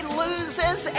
loses